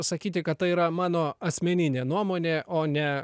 sakyti kad tai yra mano asmeninė nuomonė o ne